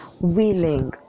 willing